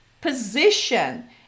position